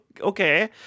okay